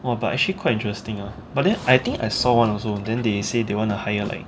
oh but actually quite interesting ah but then I think I saw one also then they say they want to hire like